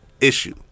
issue